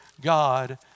God